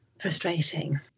frustrating